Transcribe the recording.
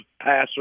passer